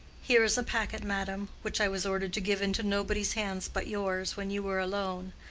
here is a packet, madam, which i was ordered to give into nobody's hands but yours, when you were alone.